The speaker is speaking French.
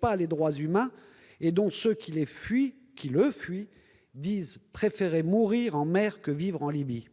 pas les droits humains ; ceux qui le fuient disent préférer « mourir en mer que vivre en Libye ».